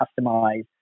customize